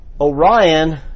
Orion